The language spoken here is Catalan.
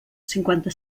cinquanta